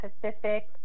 Pacific